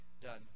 done